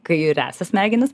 kairiąsias smegenis